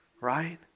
right